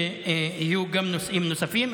ויהיו גם נושאים נוספים.